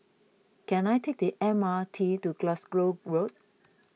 can I take the M R T to Glasgow Road